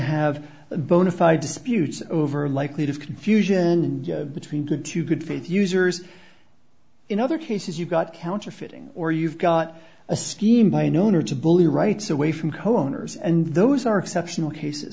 have bona fide disputes over likely to confusion between good to good faith users in other cases you've got counterfeiting or you've got a steam by an owner to bully rights away from co owners and those are exceptional cases